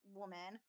woman